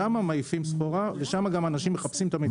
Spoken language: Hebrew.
שם מעיפים סחורה ושם אנשים מחפשים את המבצעים.